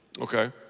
Okay